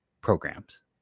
programs